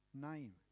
name